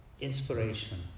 inspiration